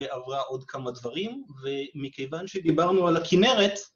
‫ועברה עוד כמה דברים, ‫ומכיוון שדיברנו על הכינרת...